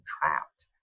trapped